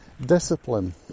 Discipline